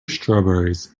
strawberries